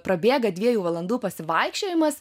prabėga dviejų valandų pasivaikščiojimas